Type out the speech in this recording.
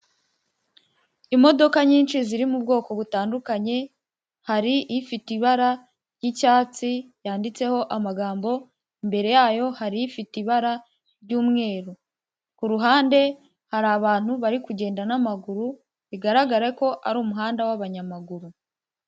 Imodoka nyinshi ziri mu bwoko butandukanye, hari ifite ibara ry'icyatsi yanditseho amagambo, imbere yayo hari ifite ibara ry'umweru, ku ruhande hari abantu bari kugenda n'amaguru, bigaragarare ko ari umuhanda w'abanyamaguru.